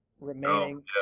remaining